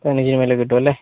കിട്ടുമല്ലെ